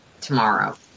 tomorrow